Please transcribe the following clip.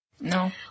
no